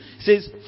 says